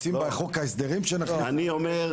רוצים בחוק ההסדרים שנכניס --- אני אומר,